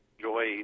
joy